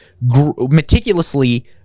meticulously